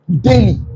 daily